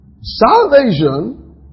Salvation